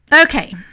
Okay